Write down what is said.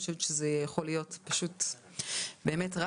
אני חושבת שזה יכול להיות באמת רק